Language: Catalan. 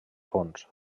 fons